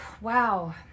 wow